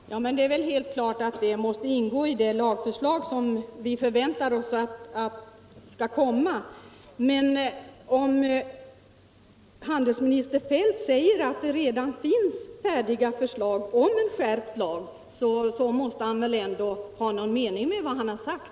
Herr talman! Det är väl helt klart att öppethållandetiderna måste ingå i det lagförslag som vi förväntar oss skall komma. När nu handelsminister Feldt sagt att det redan finns färdiga förslag till en skärpt lag måste han väl ändå ha någon mening med det.